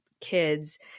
kids